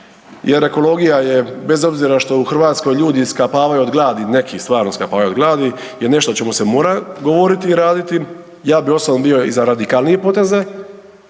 jer ekologija je bez obzira što u Hrvatskoj ljudi skapavaju od gladi, neki stvarno skapavaju od gladi, je nešto što će se morati govoriti i raditi, ja bih osobno bio i za radikalnije poteze